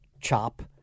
chop